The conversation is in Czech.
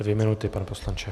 Dvě minuty, pane poslanče.